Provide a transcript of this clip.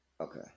okay